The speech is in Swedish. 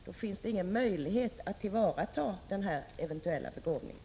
Då finns det ingen möjlighet att tillvarata den eventuella begåvningen.